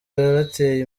yarateye